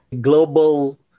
Global